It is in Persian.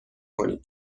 کنید